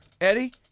Eddie